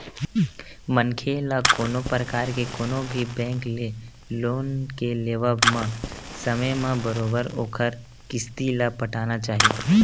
मनखे ल कोनो परकार के कोनो भी बेंक ले लोन के लेवब म समे म बरोबर ओखर किस्ती ल पटाना चाही